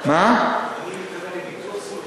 אדוני מתכוון לביטוח סיעודי?